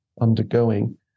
undergoing